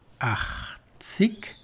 Achtzig